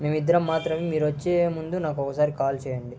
మేమిద్దరం మాత్రమే మీరొచ్చే ముందు నాకు ఒకసారి కాల్ చేయండి